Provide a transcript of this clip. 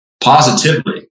positively